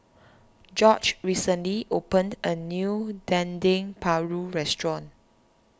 George recently opened a new Dendeng Paru Restaurant